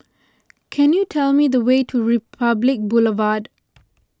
can you tell me the way to Republic Boulevard